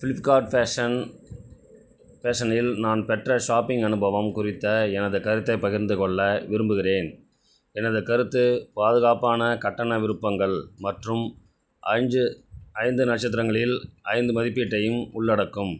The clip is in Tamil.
ஃப்ளிப்கார்ட் ஃபேஷன் ஃபேஷனில் நான் பெற்ற ஷாப்பிங் அனுபவம் குறித்த எனது கருத்தைப் பகிர்ந்து கொள்ள விரும்புகிறேன் எனது கருத்து பாதுகாப்பான கட்டண விருப்பங்கள் மற்றும் அஞ்சு ஐந்து நட்சத்திரங்களில் ஐந்து மதிப்பீட்டையும் உள்ளடக்கும்